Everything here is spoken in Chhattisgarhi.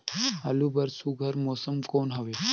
आलू बर सुघ्घर मौसम कौन हवे?